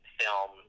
film